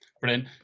Brilliant